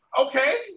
Okay